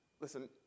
Listen